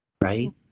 right